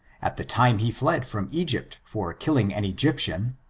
at the time he fled from egypt for killing an egyptian,